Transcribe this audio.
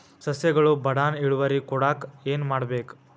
ಸಸ್ಯಗಳು ಬಡಾನ್ ಇಳುವರಿ ಕೊಡಾಕ್ ಏನು ಮಾಡ್ಬೇಕ್?